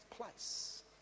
place